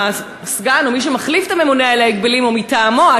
הסגן או מי שמחליף את הממונה על ההגבלים או מטעמו,